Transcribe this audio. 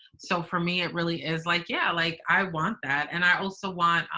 so for me, it really is like. yeah, like i want that. and i also want,